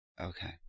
Okay